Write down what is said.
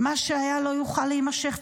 "מה שהיה לא יוכל להימשך",